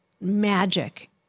magic